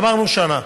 גמרנו שנה,